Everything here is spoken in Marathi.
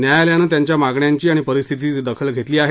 न्यायालयानं त्यांच्या मागण्यांची आणि परिस्थितीची दखल घेतली आहे